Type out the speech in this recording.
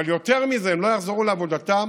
אבל יותר מזה, הם לא יחזרו לעבודתם